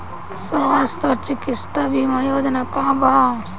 स्वस्थ और चिकित्सा बीमा योजना का बा?